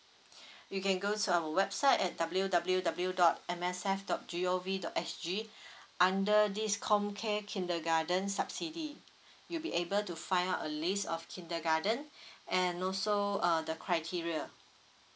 you can go to our website at W W W dot M S F dot G O V dot S G under this com care kindergarten subsidy you'll be able to find out a list of kindergarten and also uh the criteria